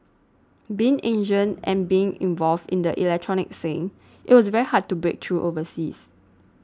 being Asian and being involved in the electronic scene it was very hard to break through overseas